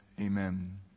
Amen